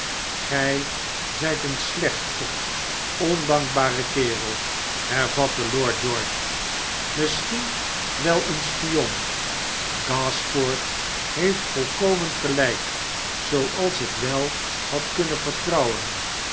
gij zijt een slechte ondankbare kerel hervatte lord george misschien wel een spion gashford heeft volkomen gelijk zooals ik wel had kunnen vertrouwen